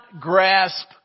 grasp